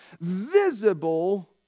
visible